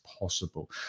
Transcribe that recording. possible